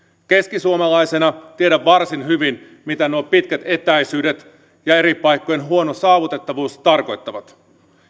keskisuomalaisena tiedän varsin hyvin mitä nuo pitkät etäisyydet ja eri paikkojen huono saavutettavuus tarkoittavat